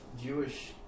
Jewish